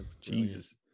jesus